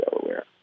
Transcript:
Delaware